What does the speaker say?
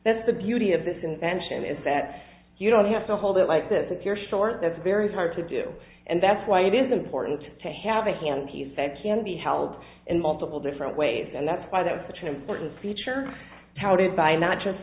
that's the beauty of this invention is that you don't have to hold it like this if you're short that's very hard to do and that's why it is important to have a hand piece they can be held in multiple different ways and that's why that was such an important feature how did buy not just